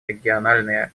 региональные